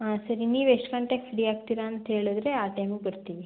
ಹಾಂ ಸರಿ ನೀವು ಎಷ್ಟು ಗಂಟೆಗೆ ಫ್ರೀ ಆಗ್ತೀರಾ ಅಂತ ಹೇಳದ್ರೆ ಆ ಟೈಮಿಗ್ ಬರುತ್ತೀವಿ